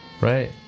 Right